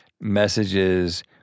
messages